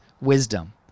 wisdom